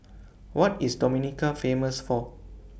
What IS Dominica Famous For